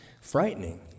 frightening